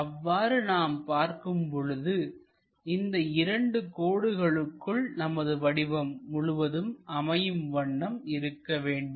அவ்வாறு நாம் பார்க்கும் பொழுது இந்த இரண்டு கோடுகளுக்குள் நமது வடிவம் முழுவதும் அமையும் வண்ணம் இருக்க வேண்டும்